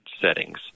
settings